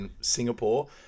Singapore